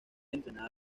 entrenada